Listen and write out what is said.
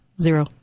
Zero